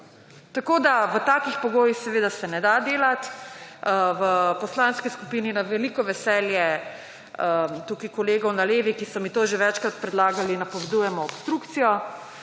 Tako da v takih pogojih seveda se ne da delat. V poslanski skupini na veliko veselje tukaj kolegov na levi, ki so mi to že večkrat predlagali, napovedujemo obstrukcijo.